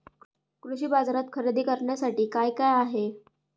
कृषी बाजारात खरेदी करण्यासाठी काय काय आहे?